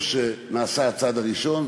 טוב שנעשה הצעד הראשון.